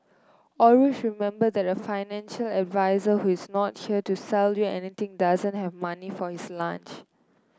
always remember that a financial advisor who is not share to sell you anything doesn't have money for his lunch